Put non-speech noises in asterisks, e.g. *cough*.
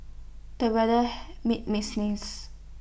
the weather *noise* made me sneeze